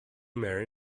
marry